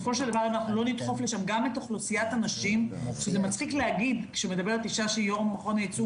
זה מצחיק להגיד שמדברת אישה שהיא יושבת ראש מכון הייצוא,